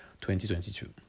2022